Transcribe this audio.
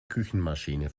küchenmaschine